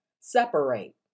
separate